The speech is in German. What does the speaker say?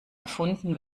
erfunden